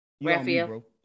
Raphael